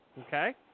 Okay